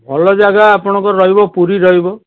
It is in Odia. ଭଲ ଜାଗା ଆପଣଙ୍କର ରହିବ ପୁରୀ ରହିବ